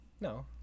No